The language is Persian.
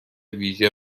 ویژه